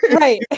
Right